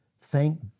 Thank